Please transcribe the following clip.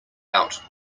out